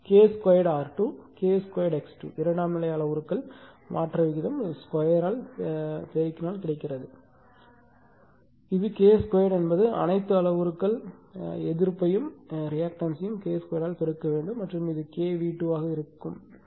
K 2 R2 K 2 X2 இரண்டாம் நிலை அளவுருக்கள் மாற்ற விகிதம் 2 பெருக்கினால் கிடைக்கிறது இது K 2 என்பது அனைத்து அளவுருக்கள் எதிர்ப்பும் ரியாக்டன்ஸ்யும் K 2 பெருக்க வேண்டும் மற்றும் இது K V2 ஆக இருக்க வேண்டும்